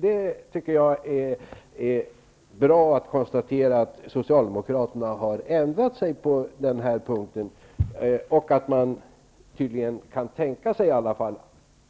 Det är bra att Socialdemokraterna har ändrat sig på den här punkten, och att de i alla fall kan tänka sig